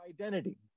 identity